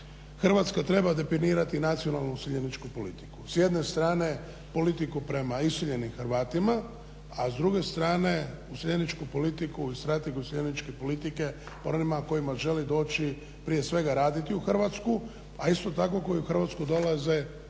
Hrvatska treba deponirati nacionalnu iseljeničku politiku, s jedne strane politiku prema iseljenim Hrvatima a s druge strane useljeničku politiku i strategiju useljeničke politike prema onima koji žele doći prije svega raditi u Hrvatsku a isto tako koji u Hrvatsku dolaze iz